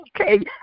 okay